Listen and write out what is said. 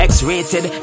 X-rated